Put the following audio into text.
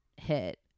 Hit